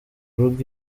rugo